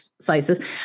slices